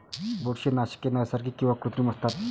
बुरशीनाशके नैसर्गिक किंवा कृत्रिम असतात